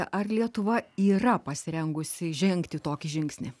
ar lietuva yra pasirengusi žengti tokį žingsnį